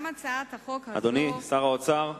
גם הצעת החוק הזו, אדוני שר האוצר,